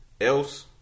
else